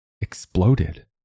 exploded